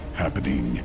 happening